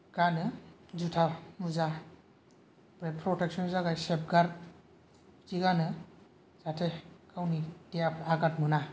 गानो जुथा मुजा ओमफ्राय प्रतेक्सननि थाखाय सेफगार्द बिदि गानो जाहाथे गावनि देहाफ्रा आघात मोना